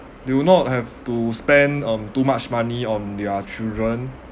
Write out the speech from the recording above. they would not have to spend um too much money on their children